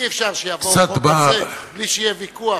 אי-אפשר שיבואו עם חוק כזה בלי שיהיה ויכוח.